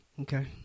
Okay